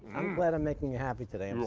i'm glad i'm making you happy today.